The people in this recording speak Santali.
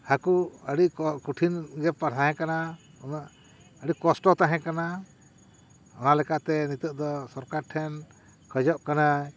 ᱦᱟᱠᱳ ᱟᱹᱰᱤ ᱠᱚ ᱠᱚᱴᱷᱤᱱ ᱜᱮ ᱯᱟ ᱛᱟᱦᱮᱸ ᱠᱟᱱᱟ ᱩᱱᱟᱹᱜ ᱟᱹᱰᱤ ᱠᱚᱥᱴᱚ ᱛᱟᱦᱮᱸ ᱠᱟᱱᱟ ᱚᱱᱟ ᱞᱮᱠᱟᱛᱮ ᱱᱤᱛᱚᱜ ᱫᱚ ᱥᱚᱨᱠᱟᱨ ᱴᱷᱮᱱ ᱠᱷᱚᱡᱚᱜ ᱠᱟᱹᱱᱟᱧ